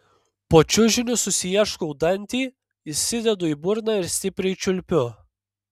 po čiužiniu susiieškau dantį įsidedu į burną ir stipriai čiulpiu